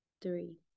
three